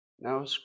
No